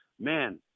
man